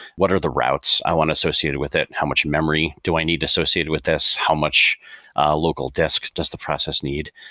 what are the routes i want to associate with it? how much memory do i need to associate with this? how much local disk does the process need?